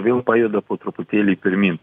vėl pajuda po truputėlį pirmyn